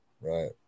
Right